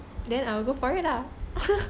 then I will go for it lah